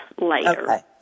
later